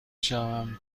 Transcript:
شوم